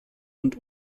und